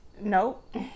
Nope